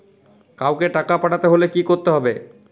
কাওকে টাকা পাঠাতে হলে কি করতে হবে?